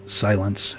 silence